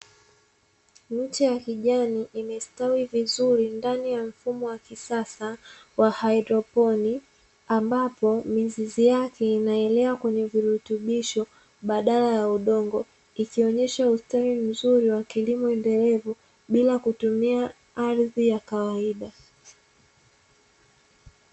Miche ya kijani imestawi vizuri ndani ya mfumo wa kisasa wa haidroponi, ambapo mizizi yake inaelea kwenye virutubisho badala ya udongo. Ikionyesha ustawi mzuri wa kilimo endelevu bila kutumia ardhi ya kawaida.